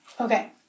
Okay